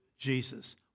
Jesus